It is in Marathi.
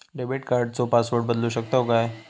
डेबिट कार्डचो पासवर्ड बदलु शकतव काय?